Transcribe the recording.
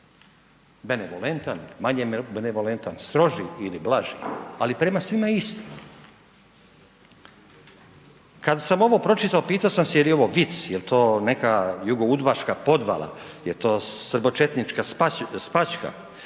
benevolentan, manje benevolentan, stroži ili blaži, ali prema svima isti. Kada sam ovo pročitao pitao sam jeli ovo vic, jeli to neka jugoudbaška podvala, jel to srbočetnika spačka,